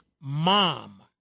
Mom